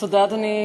אדוני היושב-ראש,